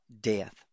death